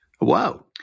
Wow